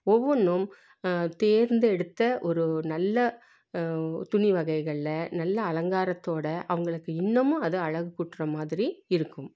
ஒவ்வொன்றும் தேர்ந்தெடுத்த ஒரு நல்ல துணி வகைகளில் நல்ல அலங்காரத்தோடு அவங்களுக்கு இன்னுமும் அது அழகுகூட்டுற மாதிரி இருக்கும்